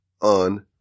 on